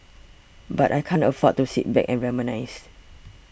but I can't afford to sit back and reminisce